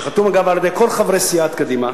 המוצע, שדרך אגב חתמו עליו כל חברי סיעת קדימה,